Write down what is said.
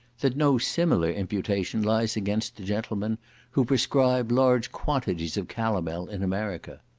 that no similar imputation lies against the gentlemen who prescribe large quantities of calomel in america.